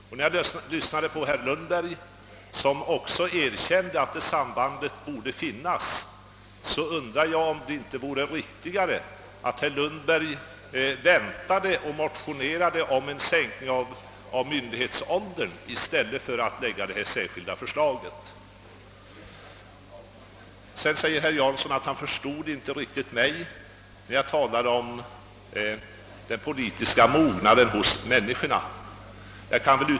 Sedan jag lyssnat till herr Lundberg, som också erkände att sambandet borde finnas, undrar jag om det inte vore riktigare att herr Lundberg väntade och motionerade om en sänkning av myndighetsåldern i stället för att lägga fram detta särskilda förslag. Herr Jansson säger att han inte riktigt förstod mig när jag talade om den politiska mognaden hos människorna.